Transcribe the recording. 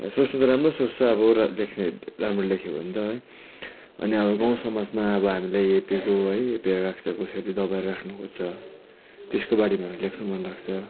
त्यहाँ सोच्नु त राम्रो सोच्छ अब र लेख्ने राम्रो लेखेँ भने त है अनि हाम्रो गाउँसमाजमा अब हामीलाई हेपेको है हेपेर राख्छ कसैले दबाएर राख्नु खोज्छ त्यसको बारेमा हामी लेख्नु मनलाग्छ